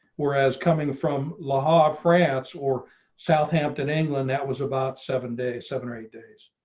whereas coming from la france or southampton england that was about seven days, seven or eight days,